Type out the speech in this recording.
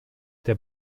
der